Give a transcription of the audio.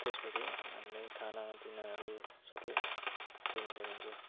त्यस पछि हामीलाई खानापिनाहरू सब त्यहीँ नै गरिन्छ